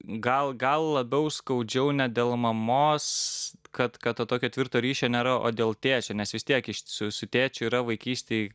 gal gal labiau skaudžiau ne dėl mamos kad kad to tokio tvirto ryšio nėra o dėl tėčio nes vis tiek iš su tėčiu yra vaikystėj